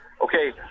Okay